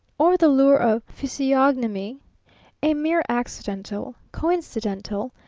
or the lure of physiognomy a mere accidental, coincidental,